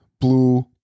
blue